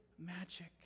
magic